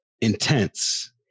intense